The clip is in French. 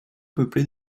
peuplée